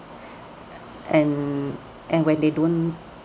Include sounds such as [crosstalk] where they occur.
[breath] uh and and when they don't